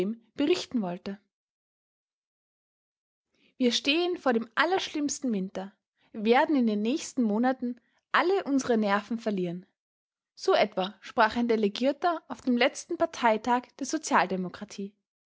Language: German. berichten wollte wir stehen vor dem allerschlimmsten winter wir werden in den nächsten monaten alle unsere nerven verlieren so etwa sprach ein delegierter auf dem letzten parteitag der sozialdemokratie